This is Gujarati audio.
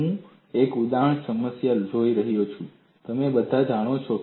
હું એક ઉદાહરણ સમસ્યા લેવા જઈ રહ્યો છું જે તમે બધા જાણો છો